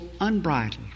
unbridled